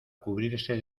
cubrirse